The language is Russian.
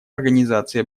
организации